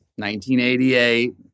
1988